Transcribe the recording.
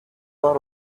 bar